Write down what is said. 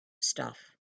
stuff